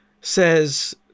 says